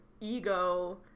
ego